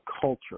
culture